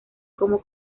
como